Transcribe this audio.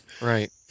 Right